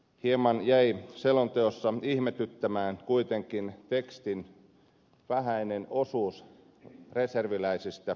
hieman jäi selonteossa ihmetyttämään kuitenkin tekstin vähäinen osuus reserviläisistä yleensäkin